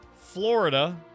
Florida